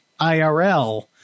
IRL